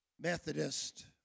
Methodist